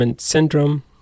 syndrome